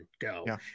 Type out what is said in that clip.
go